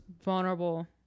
vulnerable